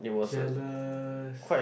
jealous